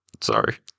Sorry